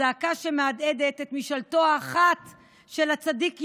הזעקה שמהדהדת את משאלתו האחת של הצדיק יהודה: